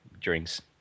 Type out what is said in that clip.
drinks